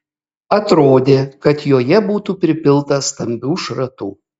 atrodė kad joje būtų pripilta stambių šratų